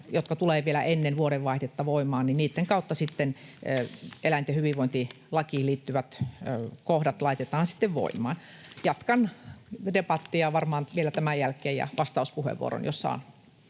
jotka tulevat vielä ennen vuodenvaihdetta voimaan, eläinten hyvinvointilakiin liittyvät kohdat laitetaan sitten voimaan. Jatkan debattia varmaan vielä tämän jälkeen ja pidän vastauspuheenvuoron, jos saan.